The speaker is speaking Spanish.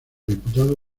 diputado